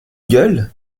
gueule